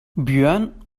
björn